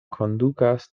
kondukas